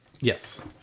Yes